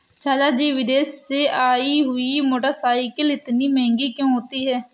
चाचा जी विदेश से आई हुई मोटरसाइकिल इतनी महंगी क्यों होती है?